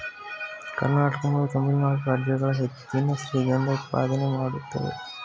ಕರ್ನಾಟಕ ಮತ್ತು ತಮಿಳುನಾಡು ರಾಜ್ಯಗಳು ಹೆಚ್ಚಿನ ಶ್ರೀಗಂಧ ಉತ್ಪಾದನೆ ಮಾಡುತ್ತೇವೆ